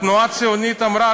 התנועה הציונית אמרה,